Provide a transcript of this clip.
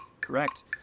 Correct